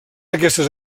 aquestes